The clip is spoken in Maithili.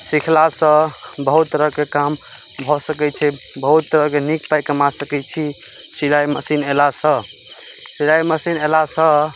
सिखलासँ बहुत तरहके काम भऽ सकैत छै बहुत तरहके नीक पाइ कमा सकैत छी सिलाइ मशीन अयला सऽ सिलाइ मशीन अयलासँ